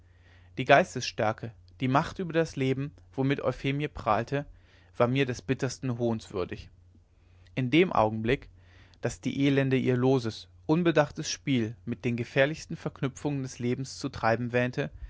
die geistesstärke die macht über das leben womit euphemie prahlte war mir des bittersten hohns würdig in dem augenblick daß die elende ihr loses unbedachtes spiel mit den gefährlichsten verknüpfungen des lebens zu treiben wähnte